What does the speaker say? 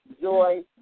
joy